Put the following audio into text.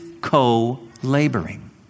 co-laboring